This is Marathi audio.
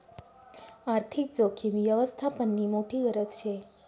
आर्थिक जोखीम यवस्थापननी मोठी गरज शे